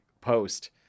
post